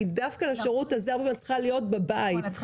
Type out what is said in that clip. כי דווקא לשירות הזה את צריכה להיות בבית.